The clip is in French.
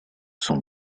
son